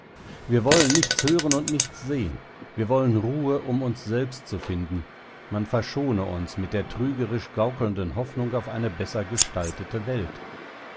wir wollen nichts hören und nichts sehen wir wollen ruhe um uns selbst zu finden man verschone uns mit der trügerisch gaukelnden hoffnung auf eine besser gestaltete welt